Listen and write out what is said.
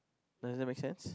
does that make sense